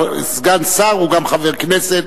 אבל סגן שר הוא גם חבר כנסת,